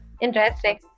Interesting